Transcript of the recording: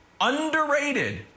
Underrated